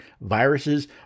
viruses